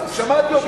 שמעתי אותך,